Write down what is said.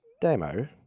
Demo